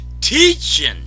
teaching